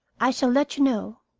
i shall let you know.